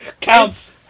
counts